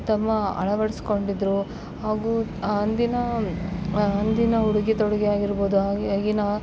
ತಮ್ಮ ಅಳವಡಿಸ್ಕೊಂಡಿದ್ದರು ಹಾಗು ಅಂದಿನ ಅಂದಿನ ಉಡುಗೆ ತೊಡುಗೆ ಆಗಿರ್ಬೌದು ಹಾಗೆ ಆಗಿನ